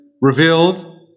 revealed